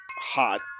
hot